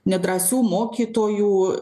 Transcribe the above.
nedrąsių mokytojų